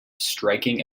striking